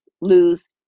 lose